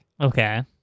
Okay